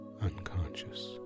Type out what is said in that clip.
unconscious